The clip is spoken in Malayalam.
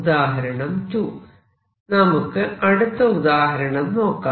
ഉദാഹരണം 2 നമുക്ക് അടുത്ത ഉദാഹരണം നോക്കാം